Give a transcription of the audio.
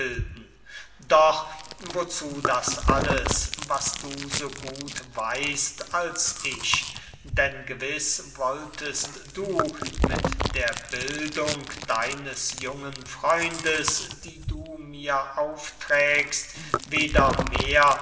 doch wozu das alles was du so gut weißt als ich denn gewiß wolltest du mit der bildung deines jungen freundes die du mir aufträgst weder mehr